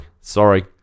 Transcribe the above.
sorry